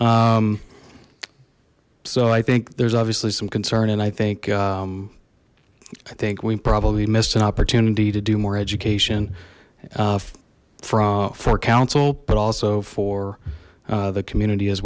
so i think there's obviously some concern and i think i think we probably missed an opportunity to do more education from for counsel but also for the community as